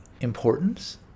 importance